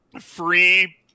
free